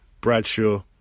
Bradshaw